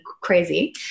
crazy